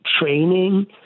training